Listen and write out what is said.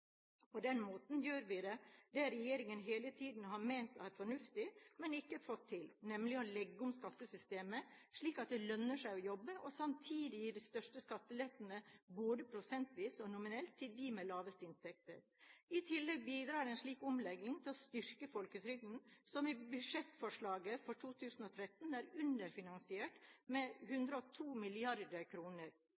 På den måten gjør vi det regjeringen hele tiden har ment er fornuftig, men ikke fått til: å legge om skattesystemet slik at det lønner seg å jobbe, og samtidig gi de største skattelettene, både prosentvis og nominelt, til dem med de laveste inntektene. I tillegg bidrar en slik omlegging til å styrke folketrygden, som i budsjettforslaget for 2013 er underfinansiert med